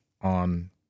on